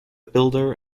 builder